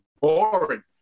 boring